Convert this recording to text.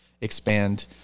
expand